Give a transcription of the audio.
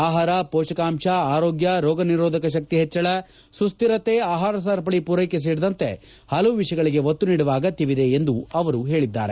ಆಹಾರ ಮೊಷಕಾಂಶ ಆರೋಗ್ಯ ರೋಗ ನಿರೋಧಕ ಶಕ್ತಿ ಹೆಚ್ಚಳ ಸುಶ್ಧಿರತೆ ಆಹಾರ ಸರಪಳಿ ಮೂರೈಕೆ ಸೇರಿದಂತೆ ಪಲವು ವಿಷಯಗಳಿಗೆ ಒತ್ತು ನೀಡುವ ಅಗತ್ನವಿದೆ ಎಂದು ಅವರು ತಿಳಿಸಿದ್ದಾರೆ